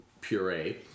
puree